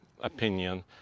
opinion